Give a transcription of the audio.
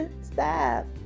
stop